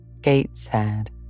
Gateshead